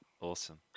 Awesome